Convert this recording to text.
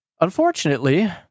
Unfortunately